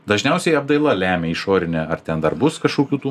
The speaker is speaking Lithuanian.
dažniausiai apdaila lemia išorinę ar ten dar bus kažkokių tų